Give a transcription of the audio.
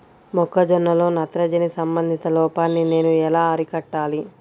మొక్క జొన్నలో నత్రజని సంబంధిత లోపాన్ని నేను ఎలా అరికట్టాలి?